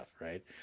right